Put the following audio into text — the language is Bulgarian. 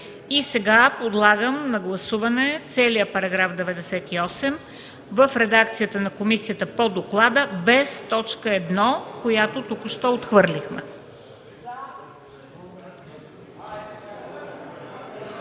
прието. Подлагам на гласуване целия § 98 в редакцията на комисията по доклада без т. 1, която току-що отхвърлихме.